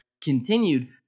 continued